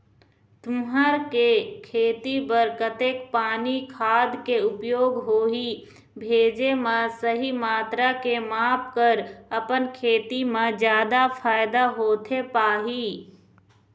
तुंहर के खेती बर कतेक पानी खाद के उपयोग होही भेजे मा सही मात्रा के माप कर अपन खेती मा जादा फायदा होथे पाही?